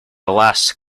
last